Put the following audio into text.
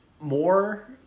more